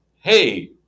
hey